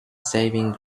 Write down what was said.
saving